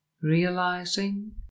realizing